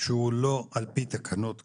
שהוא לא על פי תקנות כמובן,